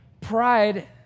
Pride